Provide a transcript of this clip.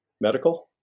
medical